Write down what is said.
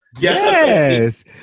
Yes